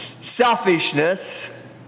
selfishness